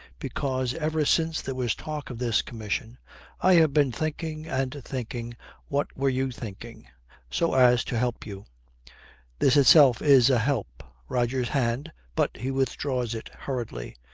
because ever since there was talk of this commission i have been thinking and thinking what were you thinking so as to help you this itself is a help. roger's hand but he withdraws it hurriedly.